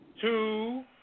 two